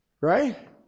Right